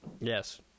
yes